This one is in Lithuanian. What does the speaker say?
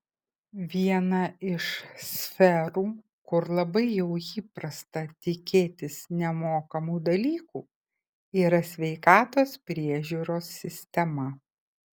viena iš sferų kur labai jau įprasta tikėtis nemokamų dalykų yra sveikatos priežiūros sistema